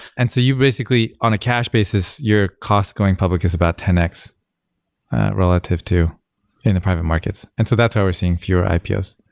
and so you basically on a cash basis, your costs going public is about ten x relative to in the private markets. and so that's why we're seeing fewer ipos.